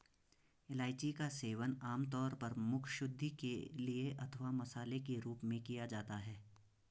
इलायची का सेवन आमतौर पर मुखशुद्धि के लिए अथवा मसाले के रूप में किया जाता है